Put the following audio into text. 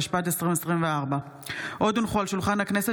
התשפ"ד 2024. עוד הונחו על שולחן הכנסת